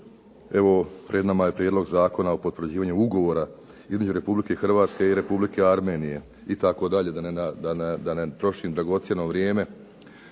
evo pred nama je Prijedlog Zakona o potvrđivanju ugovora između Republike Hrvatske i Republike Armenije itd. da ne trošim dragocjeno vrijeme.